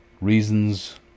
Reasons